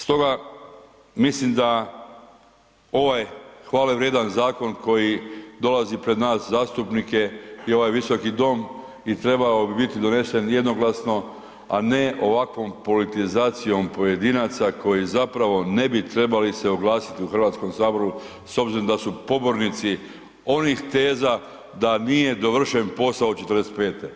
Stoga, mislim da ovaj hvale vrijedan zakon koji dolazi pred nas zastupnike i ovaj Visoki dom i trebao bi biti donesen jednoglasno a ne ovakvom politizacijom pojedinaca koji zapravo ne bi trebali se oglasiti u Hrvatskom saboru s obzirom da su pobornici onih teza da nije dovršen posao od '45.